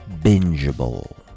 bingeable